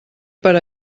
per